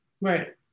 right